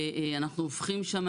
שאנחנו הופכים שם,